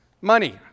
Money